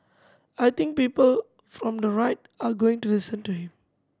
I think people from the right are going to listen to him